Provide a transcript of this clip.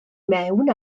mewn